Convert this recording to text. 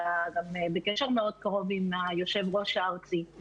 אתה גם בקשר מאוד קרוב עם היושב-ראש הארצי.